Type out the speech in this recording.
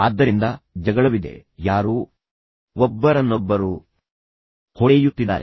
ಆದ್ದರಿಂದ ಜಗಳವಿದೆ ಯಾರೋ ಒಬ್ಬರನ್ನೊಬ್ಬರು ಹೊಡೆಯುತ್ತಿದ್ದಾರೆ